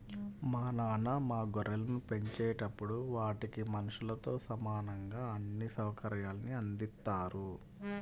మా నాన్న మా గొర్రెలను పెంచేటప్పుడు వాటికి మనుషులతో సమానంగా అన్ని సౌకర్యాల్ని అందిత్తారు